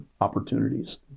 opportunities